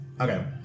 Okay